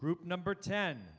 group number ten